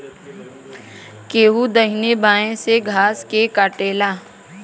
केहू दहिने बाए से घास के काटेला